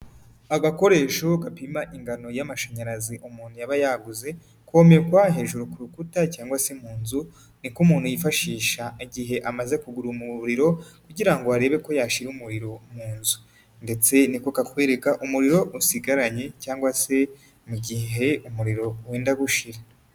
Agakoresho gapima ingano y'amashanyarazi umuntu yaba yaguze, komekwa hejuru ku rukuta cyangwa se mu nzu, niko umuntu yifashisha igihe amaze kugura umuriro, kugira ngo arebe ko yashyirara umuriro mu nzu ndetse niko kakwereka umuriro usigaranye cyangwa se mu gihe umuriro wenda gushira.